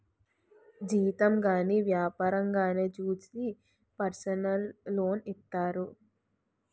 జీతం గాని వ్యాపారంగానే చూసి పర్సనల్ లోన్ ఇత్తారు